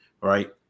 right